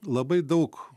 labai daug